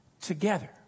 together